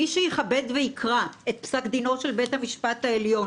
מי שיתכבד ויקרא את פסק דינו של בית המשפט העליון